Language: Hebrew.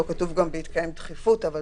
כתוב כאן גם "ובהתקיים דחיפות כאמור בסעיף 4(ד)(3)